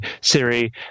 Siri